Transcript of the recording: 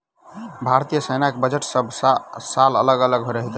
भारतीय सेनाक बजट सभ साल अलग अलग रहैत अछि